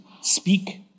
speak